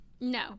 No